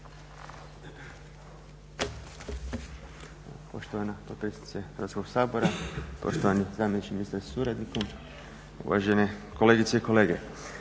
Poštovana potpredsjednice Hrvatskog sabora, poštovani zamjeniče ministra sa suradnikom, uvažene kolegice i kolege.